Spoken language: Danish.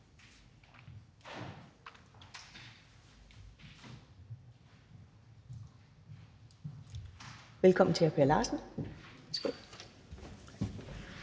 Velkommen til hr. Per Larsen.